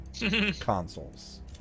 consoles